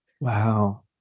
Wow